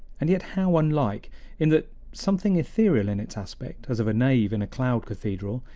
and yet how unlike in that something ethereal in its aspect, as of a nave in a cloud cathedral,